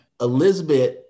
Elizabeth